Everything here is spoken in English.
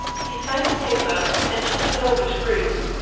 he signed the paper, and tossed it over to bruce,